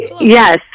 Yes